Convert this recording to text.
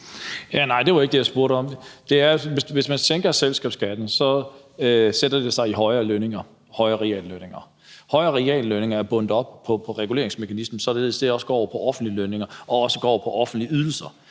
(NB): Det var ikke det, jeg spurgte om. Hvis man sænker selskabsskatten, sætter det sig i højere reallønninger. Højere reallønninger er bundet op på reguleringsmekanismen, således at det også går på offentlige lønninger og også går på offentlige ydelser,